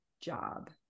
job